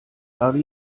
habe